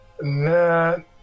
no